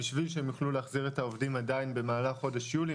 בשביל שהם יוכלו להחזיר את העובדים עדיין בחודש יולי.